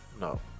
No